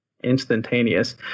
instantaneous